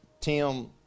Tim